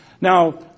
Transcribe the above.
Now